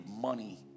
money